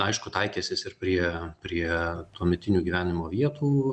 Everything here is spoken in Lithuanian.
aišku taikęsis ir prie prie tuometinių gyvenimo vietų